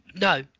No